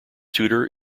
tutor